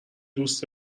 دوست